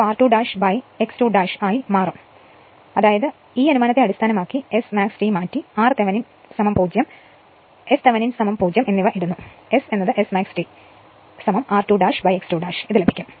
ഞാൻ ഉദ്ദേശിച്ചത് ഈ അനുമാനത്തെ അടിസ്ഥാനമാക്കി ആ Smax t മാറ്റി r Thevenin 0 S Thevenin 0 എന്നിവ ഇടുക S Smax t r2 x 2 ലഭിക്കും